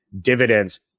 dividends